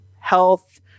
health